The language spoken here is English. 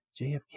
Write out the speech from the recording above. JFK